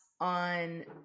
on